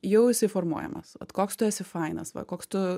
jau jisai formuojamas vat koks tu esi fainas va koks tu